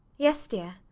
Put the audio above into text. yes, dear?